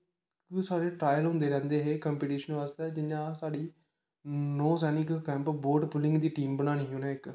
साढ़े ट्रायल होंदे रैंह्दे हे कंपीटिशन आस्तै जियां साढ़ी नौसैनिक कैंप बोट पुलिंग दी टीम बनानी ही उ'नें इक